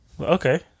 Okay